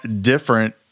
different